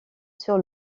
sur